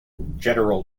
general